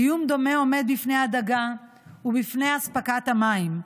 איום דומה עומד בפני הדגה ובפני אספקת המים.